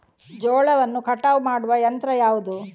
ಜೋಳವನ್ನು ಕಟಾವು ಮಾಡುವ ಯಂತ್ರ ಯಾವುದು?